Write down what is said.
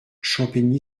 champigny